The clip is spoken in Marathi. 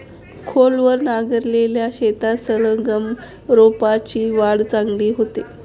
खोलवर नांगरलेल्या शेतात सलगम रोपांची वाढ चांगली होते